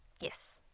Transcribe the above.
Yes